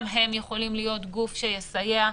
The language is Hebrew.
גם הם יכולים להיות גוף שיסייע.